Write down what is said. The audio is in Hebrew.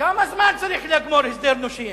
כמה זמן צריך לגמור הסדר נושים?